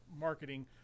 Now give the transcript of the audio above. marketing